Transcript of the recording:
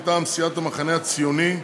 מטעם סיעת המחנה הציוני,